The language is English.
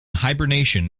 hibernation